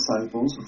disciples